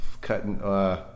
cutting